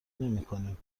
نمیکنیم